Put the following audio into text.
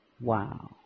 Wow